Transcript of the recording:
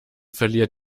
verliert